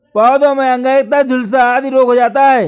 पौधों में अंगैयता, झुलसा आदि रोग हो जाता है